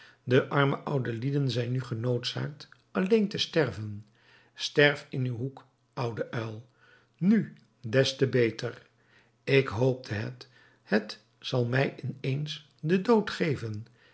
de arme oude lieden zijn nu genoodzaakt alleen te sterven sterf in uw hoek oude uil nu des te beter ik hoopte het het zal mij in eens den dood geven